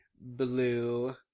blue